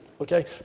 okay